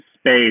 space